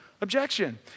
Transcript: objection